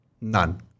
None